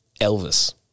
Elvis